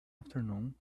afternoon